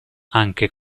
anche